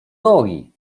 nogi